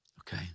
Okay